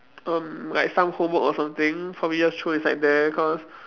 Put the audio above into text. um like some homework or something probably just throw inside there because